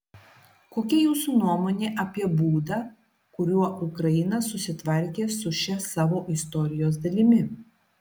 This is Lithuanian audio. kokia jūsų nuomonė apie būdą kuriuo ukraina susitvarkė su šia savo istorijos dalimi